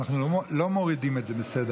אנחנו לא מורידים את זה מסדר-היום.